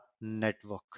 network